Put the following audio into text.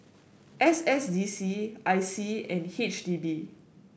S S D C I C and H D B